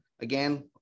again